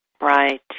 Right